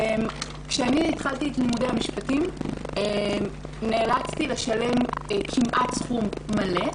כשאני התחלתי את לימודי המשפטים נאלצתי לשלם כמעט סכום מלא.